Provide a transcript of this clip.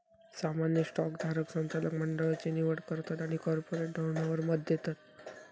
सामान्य स्टॉक धारक संचालक मंडळची निवड करतत आणि कॉर्पोरेट धोरणावर मत देतत